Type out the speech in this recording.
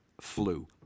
flu